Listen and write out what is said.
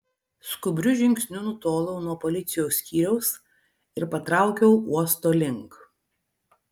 skubriu žingsniu nutolau nuo policijos skyriaus ir patraukiau uosto link